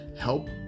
help